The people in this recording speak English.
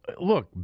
look